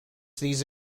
these